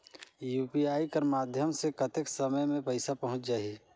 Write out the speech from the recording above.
UPI कर माध्यम से कतेक समय मे पइसा पहुंच जाहि?